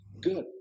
good